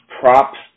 props